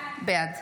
בעד